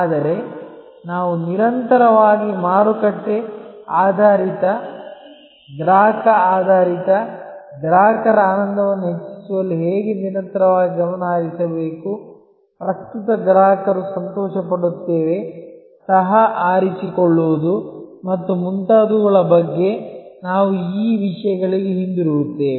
ಆದರೆ ನಾವು ನಿರಂತರವಾಗಿ ಮಾರುಕಟ್ಟೆ ಆಧಾರಿತ ಗ್ರಾಹಕ ಆಧಾರಿತ ಗ್ರಾಹಕರ ಆನಂದವನ್ನು ಹೆಚ್ಚಿಸುವಲ್ಲಿ ಹೇಗೆ ನಿರಂತರವಾಗಿ ಗಮನಹರಿಸಬೇಕು ಪ್ರಸ್ತುತ ಗ್ರಾಹಕರು ಸಂತೋಷಪಡುತ್ತೇವೆ ಸಹ ಆರಿಸಿಕೊಳ್ಳುವುದು ಮತ್ತು ಮುಂತಾದವುಗಳ ಬಗ್ಗೆ ನಾವು ಈ ವಿಷಯಗಳಿಗೆ ಹಿಂತಿರುಗುತ್ತೇವೆ